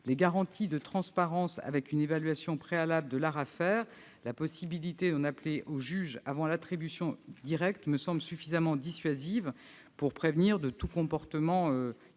Les garanties de transparence, avec une évaluation préalable de l'ARAFER et la possibilité d'en appeler au juge avant l'attribution directe, me semblent suffisamment dissuasives pour prévenir tout comportement